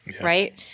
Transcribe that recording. right